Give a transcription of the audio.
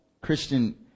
Christian